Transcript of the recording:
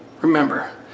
remember